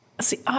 See